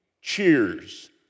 cheers